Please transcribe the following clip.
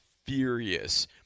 furious